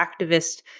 activist